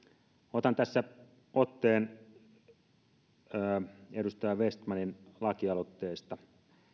otan tässä otteen edustaja vestmanin lakialoitteesta